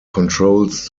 controls